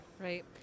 Right